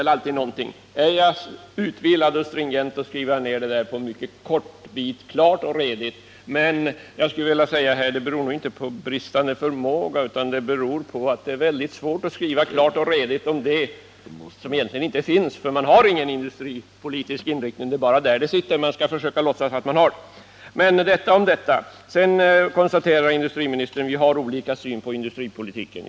Är man däremot utvilad, skriver man ner sina tankar på ett stringent sätt, klart och redigt. I det här fallet rör det sig dock inte om bristande förmåga — det är väldigt svårt att skriva klart och redigt om det som egentligen inte finns. I propositionen finns ingen industripolitisk inriktning, men regeringen försöker låtsas att man har en sådan. Sedan konstaterar industriministern att vi har olika syn på industripolitiken.